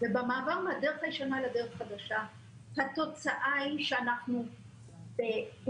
ובמעבר מהדרך הישנה לדרך החדשה התוצאה היא שאנחנו פוגעים,